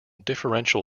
differential